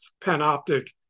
Panoptic